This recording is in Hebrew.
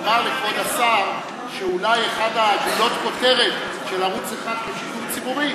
אומר לכבוד השר שאולי אחת מגולות הכותרת של ערוץ 1 כשידור ציבורי,